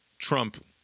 Trump